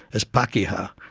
as pakeha,